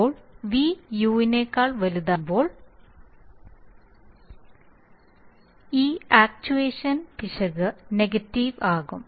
ഇപ്പോൾ v u ക്കാൾ വലുതാകുമ്പോൾ സ്ലൈഡ് സമയം 2254 കാണുക ഈ ആക്ച്യുവേഷൻ പിശക് നെഗറ്റീവ് ആകും